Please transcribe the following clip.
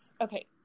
Okay